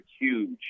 huge